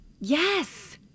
yes